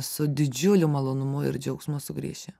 su didžiuliu malonumu ir džiaugsmu sugrįši